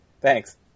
thanks